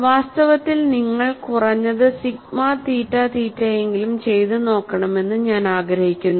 വാസ്തവത്തിൽ നിങ്ങൾ കുറഞ്ഞത് സിഗ്മ തീറ്റ തീറ്റയെങ്കിലും ചെയ്തു നോക്കണമെന്ന് ഞാൻ ആഗ്രഹിക്കുന്നു